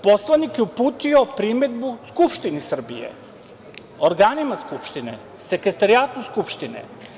Poslanik je uputio primedbu Skupštini Srbije, organima Skupštine, sekretarijatu Skupštine.